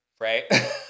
right